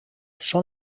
són